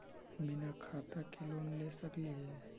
बिना खाता के लोन ले सकली हे?